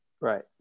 Right